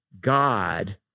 God